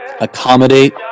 accommodate